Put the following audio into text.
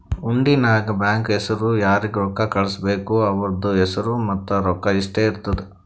ಹುಂಡಿ ನಾಗ್ ಬ್ಯಾಂಕ್ ಹೆಸುರ್ ಯಾರಿಗ್ ರೊಕ್ಕಾ ಕಳ್ಸುಬೇಕ್ ಅವ್ರದ್ ಹೆಸುರ್ ಮತ್ತ ರೊಕ್ಕಾ ಇಷ್ಟೇ ಇರ್ತುದ್